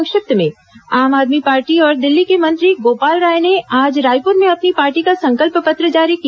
संक्षिप्त समाचार आम आदमी पार्टी और दिल्ली के मंत्री गोपाल राय ने आज रायपुर में अपनी पार्टी का संकल्प पत्र जारी किया